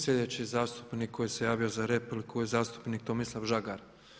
Sljedeći zastupnik koji se javio za repliku je zastupnik Tomislav Žagar.